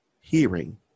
hearing